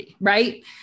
right